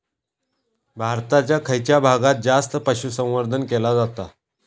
भारताच्या खयच्या भागात जास्त पशुसंवर्धन केला जाता?